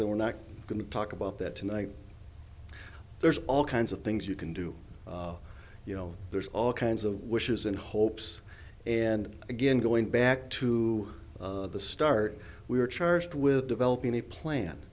and we're not going to talk about that tonight there's all kinds of things you can do you know there's all kinds of wishes and hopes and again going back to the start we were charged with developing a plan